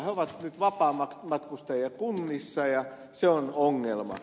he ovat nyt vapaamatkustajia kunnissa ja se on ongelma